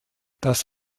das